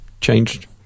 changed